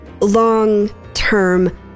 long-term